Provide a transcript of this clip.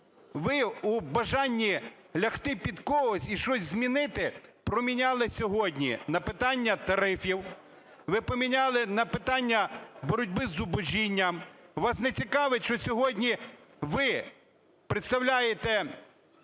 Ви у бажанні лягти під когось і щось змінити проміняли сьогодні на питання тарифів, ви поміняли на питання боротьби з зубожінням, вас не цікавить, що сьогодні ви представляєте